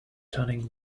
turning